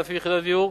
10,000 יחידות דיור,